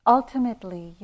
Ultimately